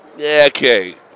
okay